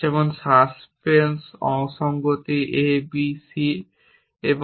যেমন সাসপেন্স অসংগতি a b এবং c